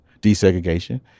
desegregation